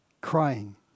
crying